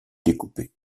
découpée